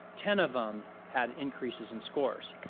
ten of them had increases in scores.